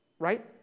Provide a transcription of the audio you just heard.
right